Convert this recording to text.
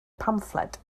pamffled